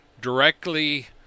directly